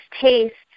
tastes